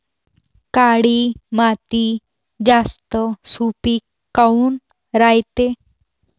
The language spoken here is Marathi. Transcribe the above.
काळी माती जास्त सुपीक काऊन रायते?